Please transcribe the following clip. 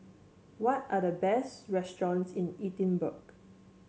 what are the best restaurants in Edinburgh